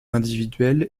individuel